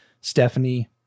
Stephanie